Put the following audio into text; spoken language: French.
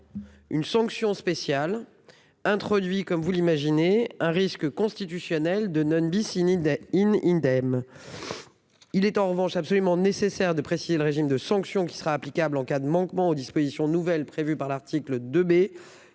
Une sanction spécial introduit comme vous l'imaginez un risque constitutionnel de non bis in idem in idem. Il est en revanche absolument nécessaire de préciser le régime de sanctions qui sera applicable en cas de manquement aux dispositions nouvelles prévues par l'article 2